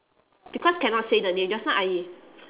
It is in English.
because cannot say the name just now I